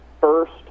first